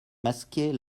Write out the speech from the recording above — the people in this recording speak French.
masquer